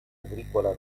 agricola